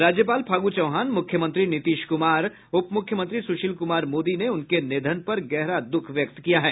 राज्यपाल फागु चौहान मुख्यमंत्री नीतीश कुमार उप मुख्यमंत्री सुशील कुमार मोदी ने उनके निधन पर गहरा दूःख व्यक्त किया है